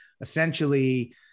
Essentially